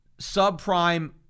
subprime